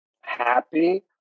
happy